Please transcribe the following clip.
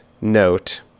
note